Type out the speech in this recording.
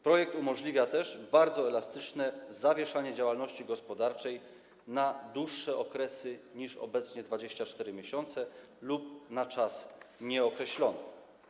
Projekt umożliwia też bardzo elastyczne zawieszanie działalności gospodarczej na dłuższe okresy niż obecnie przewidziane 24 miesiące lub na czas nieokreślony.